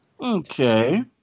Okay